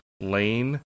lane